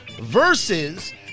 versus